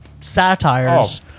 satires